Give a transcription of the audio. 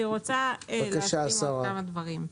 אני רוצה להגיד עוד כמה דברים.